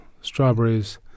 strawberries